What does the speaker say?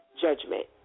Judgment